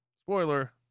spoiler